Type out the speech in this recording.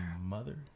mother